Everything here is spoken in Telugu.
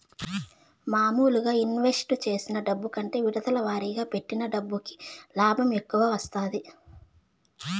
మాములుగా ఇన్వెస్ట్ చేసిన డబ్బు కంటే విడతల వారీగా పెట్టిన డబ్బుకి లాభం ఎక్కువ వత్తాది